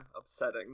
Upsetting